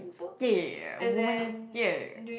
okay woman okay